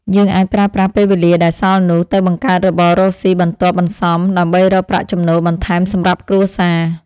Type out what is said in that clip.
យើងអាចប្រើប្រាស់ពេលវេលាដែលសល់នោះ ទៅបង្កើតរបររកស៊ីបន្ទាប់បន្សំដើម្បីរកប្រាក់ចំណូលបន្ថែមសម្រាប់គ្រួសារ។